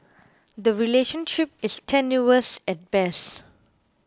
the relationship is tenuous at best